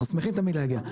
אנחנו שמחים תמיד להגיע.